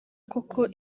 koko